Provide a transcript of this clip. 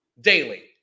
daily